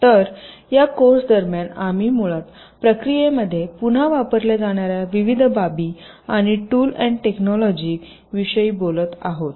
तर या कोर्स दरम्यान आम्ही मुळात प्रक्रियेमध्ये पुन्हा वापरल्या जाणार्या विविध बाबी आणि टूल अँड टेकनॉलॉजि विषयी बोलत आहोत